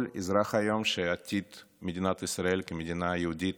כל אזרח היום שעתיד מדינת ישראל כמדינה יהודית,